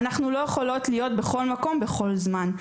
אנחנו לא יכולות להיות בכל מקום בכל זמן,